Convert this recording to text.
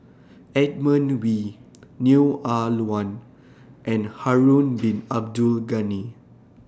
Edmund Wee Neo Ah Luan and Harun Bin Abdul Ghani